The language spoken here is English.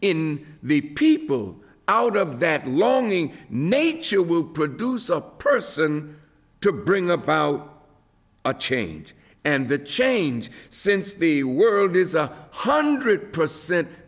in the people out of that longing nature will produce a person to bring about a change and the change since the world is a hundred percent